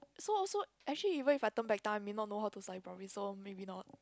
so also actually even if I turn back time you know know how to study properly so maybe not